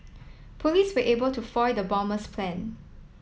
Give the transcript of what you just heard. police were able to foil the bomber's plan